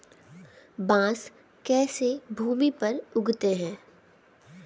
बांस कैसे भूमि पर उगते हैं?